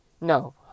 No